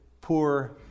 poor